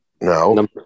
No